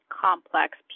complex